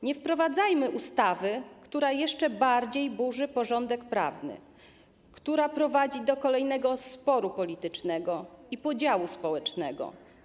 Nie wprowadzajmy ustawy, która jeszcze bardziej burzy porządek prawny, która prowadzi do kolejnego sporu politycznego i podziału społecznego.